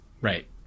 Right